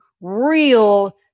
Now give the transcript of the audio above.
real